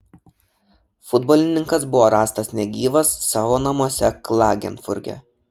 futbolininkas buvo rastas negyvas savo namuose klagenfurte